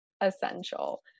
essential